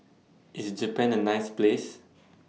IS Japan A nice Place